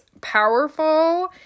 powerful